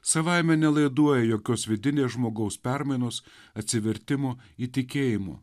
savaime nelaiduoja jokios vidinės žmogaus permainos atsivertimo įtikėjimo